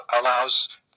allows